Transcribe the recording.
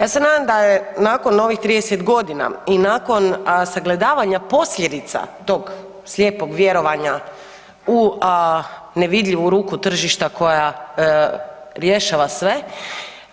Ja se nadam da je nakon ovih 30.g. i nakon sagledavanja posljedica tog slijepog vjerovanja u nevidljivu ruku tržišta koja rješava sve,